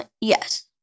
Yes